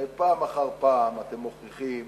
הרי פעם אחר פעם אתם מוכיחים